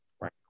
right